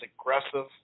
aggressive